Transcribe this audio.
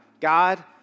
God